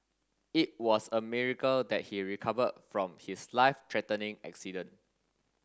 it was a miracle that he recovered from his life threatening accident